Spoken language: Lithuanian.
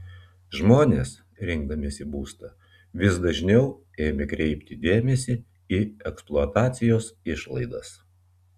žmonės rinkdamiesi būstą vis dažniau ėmė kreipti dėmesį į eksploatacijos išlaidas